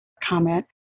comment